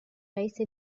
رئیس